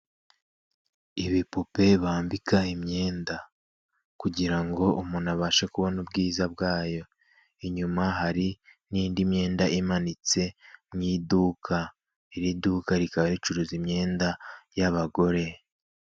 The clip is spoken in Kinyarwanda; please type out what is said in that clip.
Ibipupe bambika imyenda kugira ngo umuntu abashe kubona ubwiza bwayo, inyuma hari n'indi myenda imanitse mu iduka, iri duka rikaba ricuruza imyenda y'abagore.